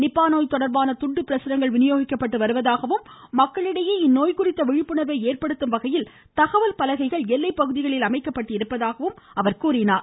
நிப்பா நோய் தொடர்பான துண்டு பிரசுரங்கள் விநியோகிக்கப்பட்டு வருவதாகவும் மக்களிடையே இந்நோய் குறித்த விழிப்புணர்வை ஏற்படுத்தும் வகையில் தகவல் பலகைகள் எல்லைப்பகுதிகளில் அமைக்கப்பட்டிருப்பதாகவும் அவர் தெரிவித்தார்